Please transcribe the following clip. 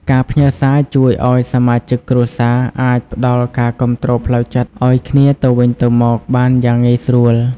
ការផ្ញើរសារជួយឱ្យសមាជិកគ្រួសារអាចផ្ដល់ការគាំទ្រផ្លូវចិត្តឱ្យគ្នាទៅវិញទៅមកបានយ៉ាងងាយស្រួល។